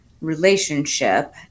relationship